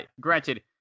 Granted